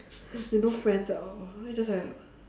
you no friends at all you just have